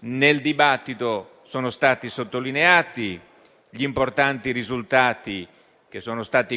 Nel dibattito sono stati sottolineati gli importanti risultati